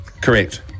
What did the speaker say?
Correct